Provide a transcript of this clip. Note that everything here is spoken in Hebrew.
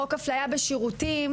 חוק אפליה בשירותים,